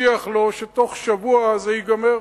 הבטיח לו שבתוך שבוע זה ייגמר.